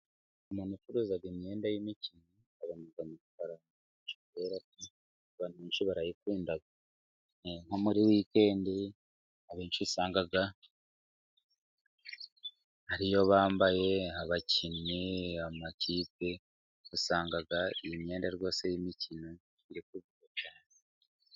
Umuntu ucuruza imyenda y'imikino abana amafaranga, kubera abantu benshi barayikunda, nko muri wikendi abenshi usanga ariyo bambaye, abakinnyi, amakipe usanga imyenda rwose y'imikino iri kugurwa cyane.